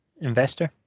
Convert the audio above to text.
investor